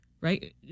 right